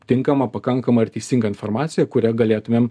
tinkamą pakankamą ir teisingą informaciją kuria galėtumėm